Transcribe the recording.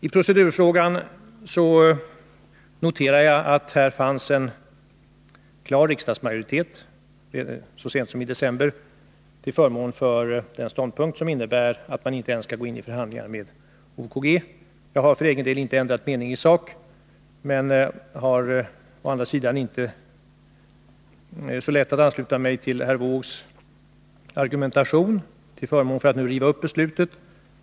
I procedurfrågan noterar jag att här fanns en klar riksdagsmajoritet så sent som i december till förmån för den ståndpunkt som innebär att man inte ens skall gå ini förhandlingar med OKG. Jag har för egen del inte ändrat mening i sak, men jag har å andra sidan inte så lätt att ansluta mig till herr Wåågs argumentation för att nu riva upp beslutet.